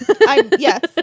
Yes